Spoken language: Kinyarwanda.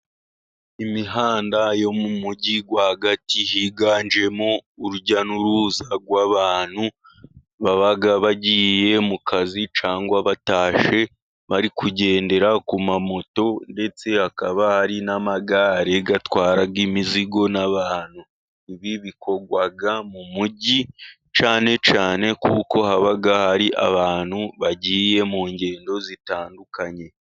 Imihanda yo mu mujyi rwagati higanjemo urujya n'uruza rw'abantu baba bagiye mu kazi cyangwa batashye bari kugendera ku ma moto ndetse akaba ari n'amagare atwara imizigo n'abantu. Ibi bikorwa mu mujyi cyane cyane kuko haba hari abantu bagiye mu ngendo zitandukanye.